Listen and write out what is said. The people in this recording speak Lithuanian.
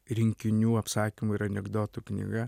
rinkinių apsakymų ir anekdotų knyga